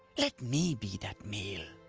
let me be that meal.